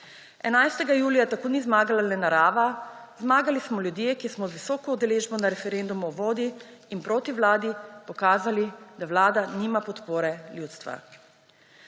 11. julij tako ni zmagala le narava, zmagali smo ljudje, ki smo z visoko udeležbo na referendumu o vodi in proti vladi pokazali, da vlada nima podpore ljudstva.